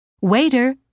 Waiter